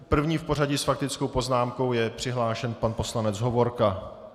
První v pořadí s faktickou poznámkou je přihlášen pan poslanec Hovorka.